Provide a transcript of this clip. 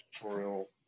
tutorial